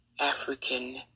African